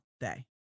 day